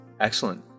Excellent